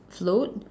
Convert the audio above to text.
float